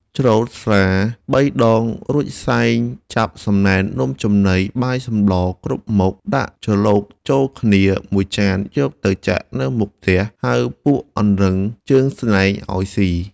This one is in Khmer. ច្រូចស្រា៣ដងរួចសែនចាប់សំណែននំចំណី បាយសម្លរគ្រប់មុខ ដាក់ច្រឡូកចូលគ្នាមួយចាន យកទៅចាក់នៅមុខផ្ទះ ហៅពួកអង្រឹងជើងស្នែងឱ្យស៊ី។